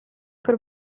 per